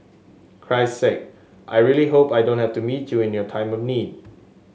christ sake I really hope I don't have to meet you in your time of need